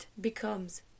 becomes